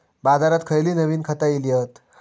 बाजारात खयली नवीन खता इली हत?